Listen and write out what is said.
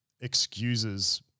excuses